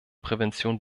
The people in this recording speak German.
prävention